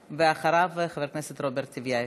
ואחריו, חבר הכנסת רוברט טיבייב.